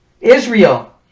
Israel